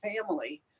family